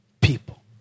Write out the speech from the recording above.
people